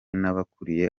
n’abakuriye